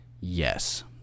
Yes